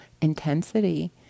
intensity